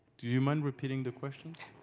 do you mind repeating the question.